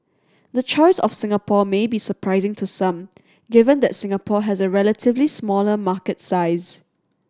the choice of Singapore may be surprising to some given that Singapore has a relatively smaller market size